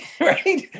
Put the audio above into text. right